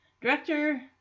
Director